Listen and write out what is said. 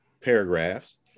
paragraphs